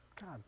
god